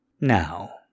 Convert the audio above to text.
Now